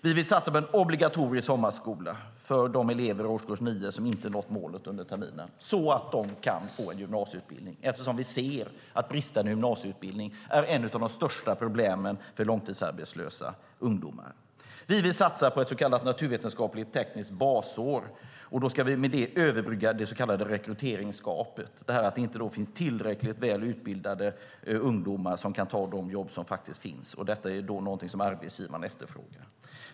Vi vill satsa på en obligatorisk sommarskola för de elever i årskurs 9 som inte nått målet under terminen så att de kan få en gymnasieutbildning, eftersom vi ser att bristande gymnasieutbildning är ett av de största problemen för långtidsarbetslösa ungdomar. Vi vill satsa på ett så kallat naturvetenskapligt-tekniskt basår. Med detta ska vi överbrygga det så kallade rekryteringsgapet, alltså att det inte finns tillräckligt väl utbildade ungdomar som kan ta de jobb som finns. Detta är något som arbetsgivarna efterfrågar.